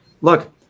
Look